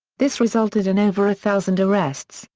this resulted in over a thousand arrests,